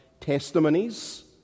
testimonies